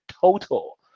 total